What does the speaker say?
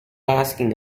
asking